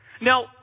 Now